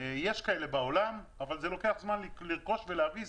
יש כאלה בעולם, אבל לוקח זמן לרכוש ולהביא.